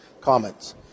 comments